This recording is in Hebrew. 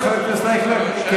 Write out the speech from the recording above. חבר הכנסת אייכלר, מצביעים 27?